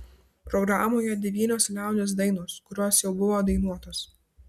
programoje devynios liaudies dainos kurios jau buvo dainuotos